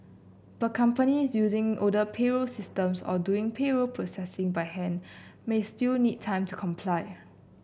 but companies using older payroll systems or doing payroll processing by hand may still need time to comply